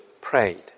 prayed